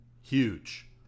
Huge